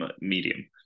medium